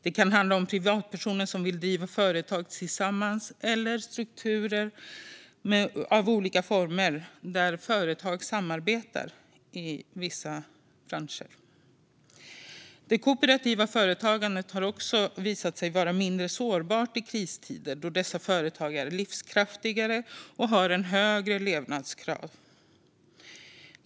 Det kan handla om privatpersoner som vill driva företag tillsammans eller om olika former av strukturer där företag samarbetar i vissa branscher. Det kooperativa företagandet har också visat sig vara mindre sårbart i kristider då dessa företag är livskraftigare och har en högre överlevnadsgrad.